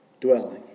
Dwelling